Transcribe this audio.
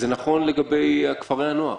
זה נכון גם לגבי כפרי הנוער.